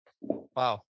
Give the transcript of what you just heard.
Wow